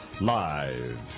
Live